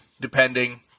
depending